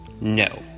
No